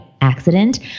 accident